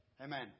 Amen